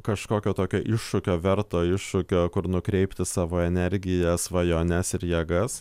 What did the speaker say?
kažkokio tokio iššūkio verto iššūkio kur nukreipti savo energiją svajones ir jėgas